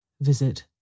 Visit